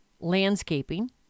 landscaping